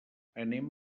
anem